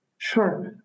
Sure